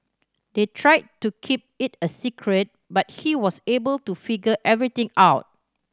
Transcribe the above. they tried to keep it a secret but he was able to figure everything out